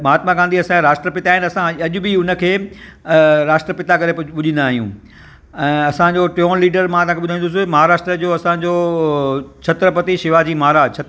सुठो साबितु थियो आहे की मोबाइल अगरि सुठो आहे पर नुक़सानु बि त आहिनि उन मां माण्हुनि खे उ फ़ाटी सघंदो आहे ऐं उखे वधीक देरि यूज़ कंदासि त उन माण्हू